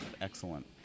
excellent